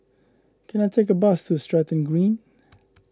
can I take a bus to Stratton Green